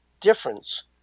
difference